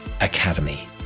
academy